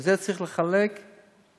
ואת זה צריך לחלק לחברתיים,